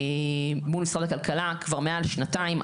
מול משרד הכלכלה כבר מעל שנתיים.